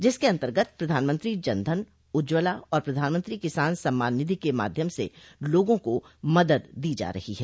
जिसके अन्तर्गत प्रधानमंत्री जनधन उज्ज्वला और प्रधानमंत्री किसान सम्मान निधि के माध्यम से लोगों को मदद दी जाती है